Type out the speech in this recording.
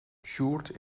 sjoerd